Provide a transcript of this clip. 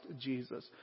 Jesus